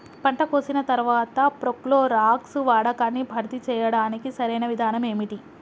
పంట కోసిన తర్వాత ప్రోక్లోరాక్స్ వాడకాన్ని భర్తీ చేయడానికి సరియైన విధానం ఏమిటి?